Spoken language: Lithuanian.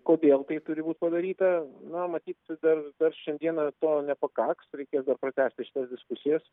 kodėl tai turi būt padaryta na matyt dar per šiandieną to nepakaks reikės dar pratęsti šias diskusijas